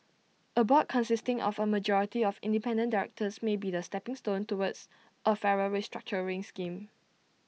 A board consisting of A majority of independent directors may be the stepping stone towards A fairer restructuring scheme